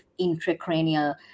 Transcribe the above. intracranial